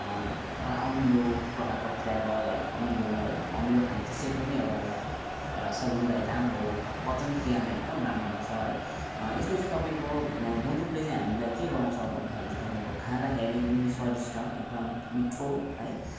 एउटा अमिलो प्रकारको फ्लेभर है अमिलो है अमिलो खानु त्यसै पनि एउटा एउटा शरीरलाई राम्रो हो पाचन क्रियामा एकदम राम्रो हुन्छ है यसले चाहिँ तपाईँको गुन्द्रुकले चाहिँ हामीलाई के गराउँछ भन्दाखेरि तपाईँको खाँदाखेरि पनि स्वादिष्ट एकदम मिठ्ठो है